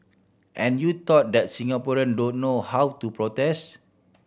and you thought that Singaporean don't know how to protest